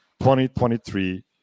2023